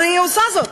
הרי היא עושה זאת.